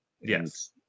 Yes